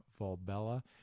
Volbella